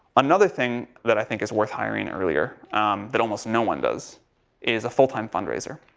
another thing that i think is worth hiring earlier that almost no one does is a full time fundraiser.